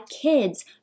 kids